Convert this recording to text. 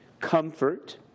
comfort